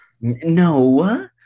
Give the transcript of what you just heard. No